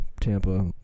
tampa